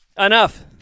Enough